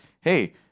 hey